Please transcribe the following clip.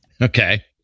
Okay